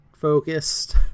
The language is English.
focused